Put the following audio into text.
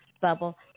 Bubble